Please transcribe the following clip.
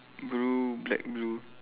blue black blue